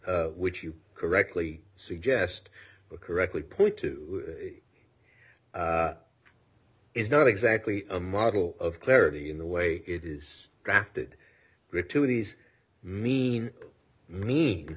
which you correctly suggest correctly point to it's not exactly a model of clarity in the way it is drafted gratuities mean mean